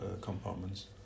compartments